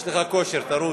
יש לך כושר, תרוץ.